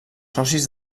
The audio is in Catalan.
socis